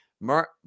mark